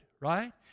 right